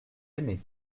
aimé